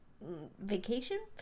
Vacation